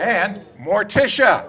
and more to show